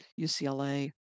UCLA